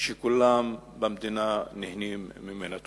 שכולם במדינה נהנים ממנה.